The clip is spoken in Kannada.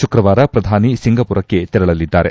ಶುಕ್ರವಾರ ಪ್ರಧಾನಿ ಸಿಂಗಾಪುರ್ಗೆ ತೆರಳಲಿದ್ದಾರೆ